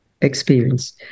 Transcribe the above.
experience